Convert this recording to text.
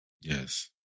Yes